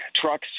trucks